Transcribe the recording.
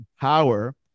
Power